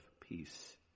peace